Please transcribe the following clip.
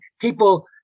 people